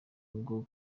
bwo